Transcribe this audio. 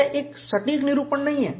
यह एक सटीक निरूपण नहीं है